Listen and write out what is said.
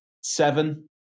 Seven